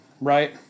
right